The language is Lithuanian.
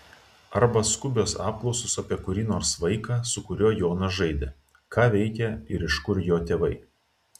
arba skubios apklausos apie kurį nors vaiką su kuriuo jonas žaidė ką veikia ir iš kur jo tėvai